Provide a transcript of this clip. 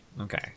Okay